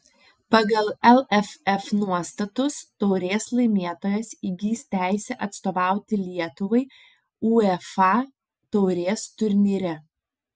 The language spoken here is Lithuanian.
pagal lff nuostatus taurės laimėtojas įgis teisę atstovauti lietuvai uefa taurės turnyre